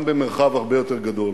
גם במרחב הרבה יותר גדול.